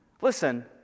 Listen